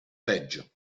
peggio